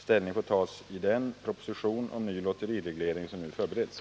Ställning får tas i den proposition om ny lotterireglering som nu förbereds.